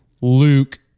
Luke